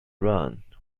run